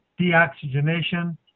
deoxygenation